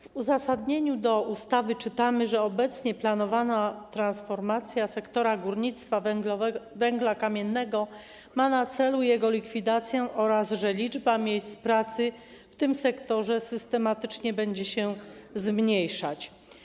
W uzasadnieniu ustawy czytamy, że obecnie planowana transformacja sektora górnictwa węgla kamiennego ma na celu jego likwidację oraz że liczba miejsc pracy w tym sektorze systematycznie będzie się zmniejszać.